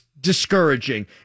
discouraging